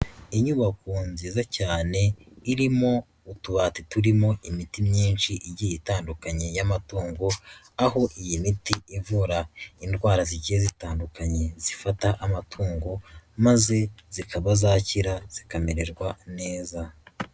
Inyubako nziza cyane irimo utubati turimo imiti myinshi igiye itandukanye y'amatungo aho iyi miti ivura indwara zigiye zitandukanye zifata amatungo maze zikaba zakira zikamererwa neza.